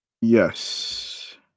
Yes